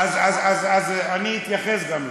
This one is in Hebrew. אז אני אתייחס גם לזה,